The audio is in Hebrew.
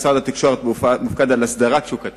משרד התקשורת מופקד על הסדרת שוק התקשורת,